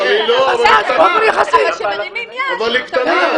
אבל כשמרימים יד -- אבל היא קטנה.